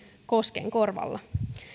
koskenkorvalla